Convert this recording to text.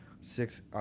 six